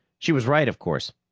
she was right, of course.